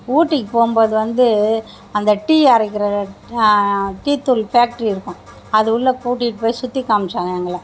ஊட்டிக்கு போகும்போது வந்து அந்த டீ அரைக்கிற டீ தூள் ஃபேக்ட்ரி இருக்கும் அது உள்ள கூட்டிகிட்டு போய் சுற்றி காமிச்சாங்க எங்களை